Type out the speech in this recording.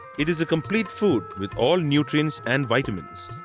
it is a complete food with all nutrients and vitamins.